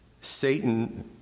Satan